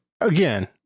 again